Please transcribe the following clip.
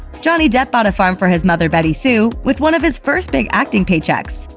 johnny depp bought a farm for his mother, betty sue, with one of his first big acting paychecks.